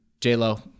J-Lo